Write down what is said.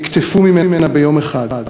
נקטפו ממנה ביום אחד.